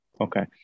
Okay